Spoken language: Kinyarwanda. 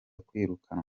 kwirukanwa